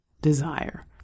desire